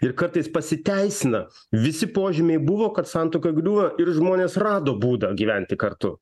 ir kartais pasiteisina visi požymiai buvo kad santuoka griūva ir žmonės rado būdą gyventi kartu